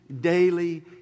daily